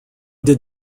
did